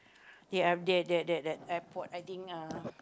they are they they they at the airport I think uh